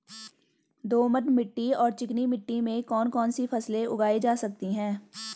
दोमट मिट्टी और चिकनी मिट्टी में कौन कौन सी फसलें उगाई जा सकती हैं?